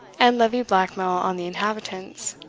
and levied blackmail on the inhabitants.